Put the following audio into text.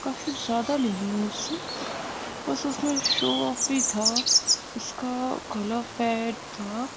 کافی زیادہ لے لیے مجھ سے بس اس میں شو آف ہی تھا اس کا کھلا پیڈ تھا